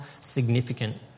significant